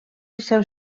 liceu